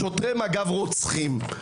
שוטרי מג"ב רוצחים".